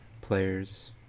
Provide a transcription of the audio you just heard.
players